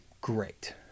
great